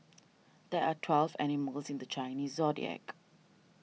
there are twelve animals in the Chinese zodiac